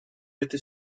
этой